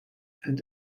and